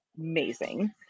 Amazing